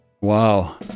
Wow